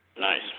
Nice